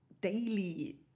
daily